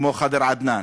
כמו ח'דר עדנאן.